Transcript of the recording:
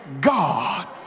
God